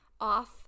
off